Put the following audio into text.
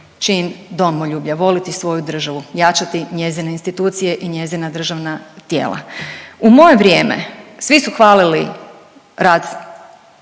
čin domoljublja, voliti svoju državu, jačati njezine institucije i njezina državna tijela. U moje vrijeme svi su hvalili rad